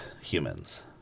humans